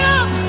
up